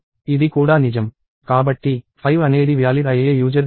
కాబట్టి 5 అనేది వ్యాలిడ్ అయ్యే యూజర్ ఇన్పుట్